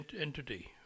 entity